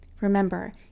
Remember